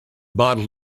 bottled